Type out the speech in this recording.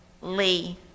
Lee